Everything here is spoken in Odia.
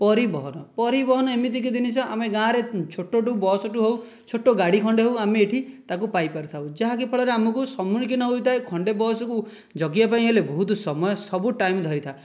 ପରିବହନ ପରିବହନ ଏମିତିକି ଜିନିଷ ଆମେ ଗାଁ ରେ ଛୋଟ ଠାରୁ ବସ ଠାରୁ ହେଉ ଛୋଟ ଗାଡ଼ି ଖଣ୍ଡେ ହେଉ ଆମେ ଏଇଠି ତାକୁ ପାଇପାରିଥାଉ ଯାହାକି ଫଳରେ ଆମକୁ ସମ୍ମୁଖୀନ ହୋଇଥାଏ ଖଣ୍ଡେ ବସକୁ ଜଗିବା ପାଇଁ ହେଲେ ବହୁତ ସମୟ ସବୁ ଟାଇମ୍ ଧରିଥା